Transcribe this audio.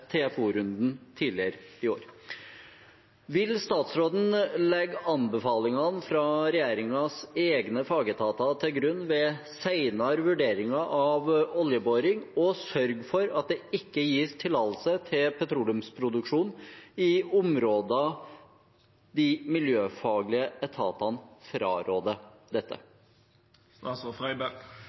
TFO-runden tidligere i år. Vil statsråden legge anbefalinger fra regjeringens egne fagetater til grunn ved senere vurderinger av oljeboring, og sørge for at det ikke gis tillatelse til petroleumsproduksjon i områder de miljøfaglige etatene fraråder